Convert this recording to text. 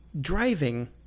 driving